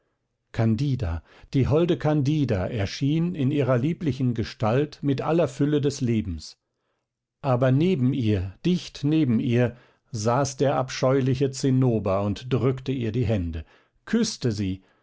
candida die holde candida erschien in ihrer lieblichen gestalt mit aller fülle des lebens aber neben ihr dicht neben ihr saß der abscheuliche zinnober und drückte ihr die hände küßte sie